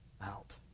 out